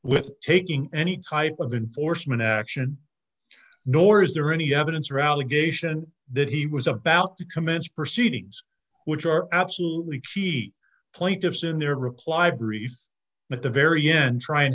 with taking any type of enforcement action nor is there any evidence or allegation that he was about to commence proceedings which are absolutely cheap plaintiffs in their reply brief at the very end try and